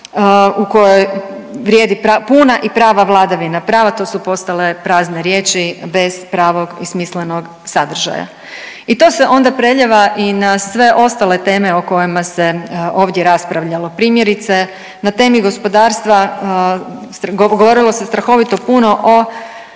u kojoj vrijedi puna i prava vladavina prava, to su postale prazne riječi bez pravog i smislenog sadržaja i to se onda preljeva i na sve ostale teme o kojima se ovdje raspravljalo. Primjerice, na temi gospodarstva, govorilo se strahovito puno o